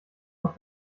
noch